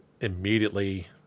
immediately